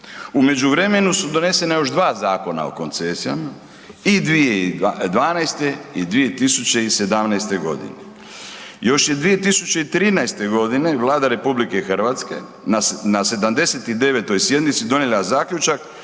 U međuvremenu su donesena još 2 Zakona o koncesijama i 2012. i 2017. g. Još je 2013. g. Vlada RH na 79. sjednici donijela zaključak